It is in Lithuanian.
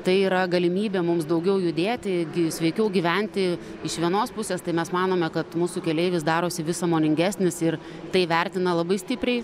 tai yra galimybė mums daugiau judėti sveikiau gyventi iš vienos pusės tai mes manome kad mūsų keleivis darosi vis sąmoningesnis ir tai vertina labai stipriai